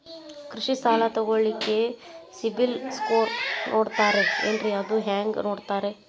ಕೃಷಿ ಸಾಲ ತಗೋಳಿಕ್ಕೆ ಸಿಬಿಲ್ ಸ್ಕೋರ್ ನೋಡ್ತಾರೆ ಏನ್ರಿ ಮತ್ತ ಅದು ಹೆಂಗೆ ನೋಡ್ತಾರೇ?